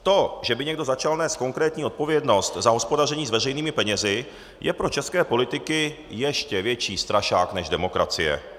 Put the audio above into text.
To, že by někdo začal nést konkrétní odpovědnost za hospodaření s veřejnými penězi, je pro české politiky ještě větší strašák než demokracie.